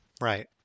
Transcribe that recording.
Right